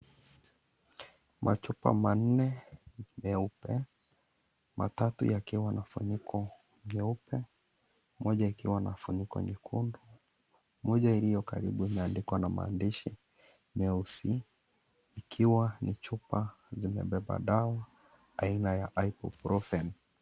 Machupa manne meupe, matatu yakiwa na funiko nyeupe moja ikiwa na funiko nyekundu, moja iliyo karibu na liko na maandishi meusi ikiwa ni chupa zimebeba dawa aina ya (cs)Ibuprofen(cs).